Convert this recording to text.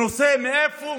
בשאלה מאיפה